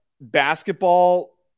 basketball